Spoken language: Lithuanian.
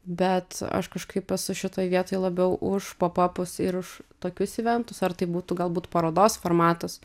bet aš kažkaip esu šitoj vietoj labiau už popapus ir už tokius iventus ar tai būtų galbūt parodos formatas